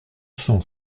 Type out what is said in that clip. cent